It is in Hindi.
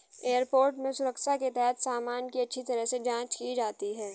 एयरपोर्ट में सुरक्षा के तहत सामान की अच्छी तरह से जांच की जाती है